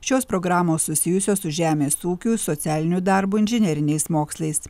šios programos susijusios su žemės ūkiu socialiniu darbu inžineriniais mokslais